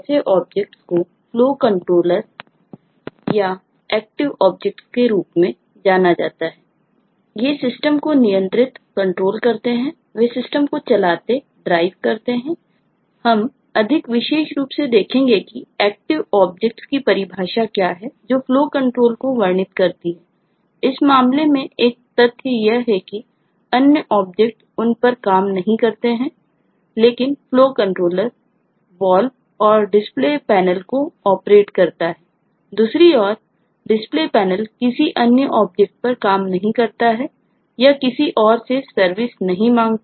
वे system को नियंत्रितकंट्रोल नहीं मांगता है